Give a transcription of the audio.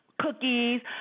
cookies